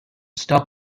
stock